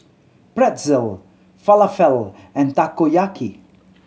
Pretzel Falafel and Takoyaki